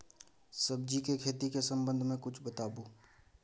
सब्जी के खेती के संबंध मे किछ बताबू?